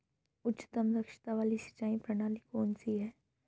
उच्चतम दक्षता वाली सिंचाई प्रणाली कौन सी है?